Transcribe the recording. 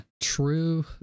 true